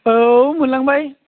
औ मोनलांबाय